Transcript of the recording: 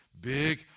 Big